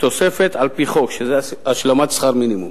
תוספת על-פי חוק, שזה השלמת שכר מינימום.